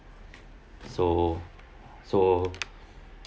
so so